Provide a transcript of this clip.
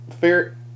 fair